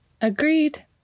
Agreed